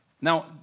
Now